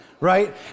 right